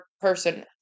person